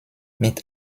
mit